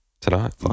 tonight